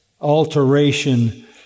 alteration